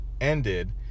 ended